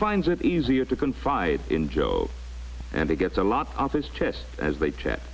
finds it easier to confide in joe and he gets a lot on his chest as they ch